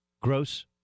Gross